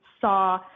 saw